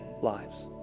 lives